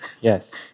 Yes